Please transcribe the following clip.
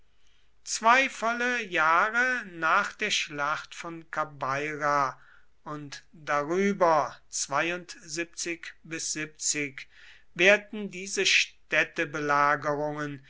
zwei volle jahre nach der schlacht von kabeira und darüber werden diese